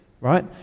right